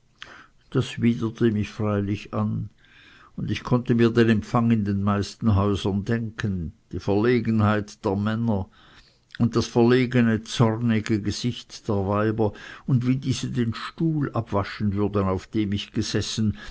das widerte mich freilich an und ich konnte mir den empfang in den meisten häusern denken die verlegenheit der männer und das verlegene zornige gesicht der weiber und wie diese den stuhl abwaschen würden auf dem ich gesessen